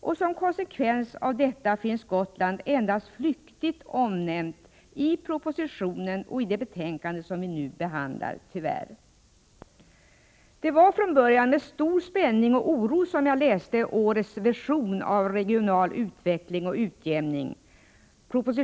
och som konsekvens av detta finns Gotland tyvärr endast flyktigt omnämnt i propositionen och i det betänkande vi nu behandlar. Det var från början med stor spänning och oro som jag läste årets version av proposition 115 om Regional utveckling och utjämning.